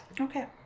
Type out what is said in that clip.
Okay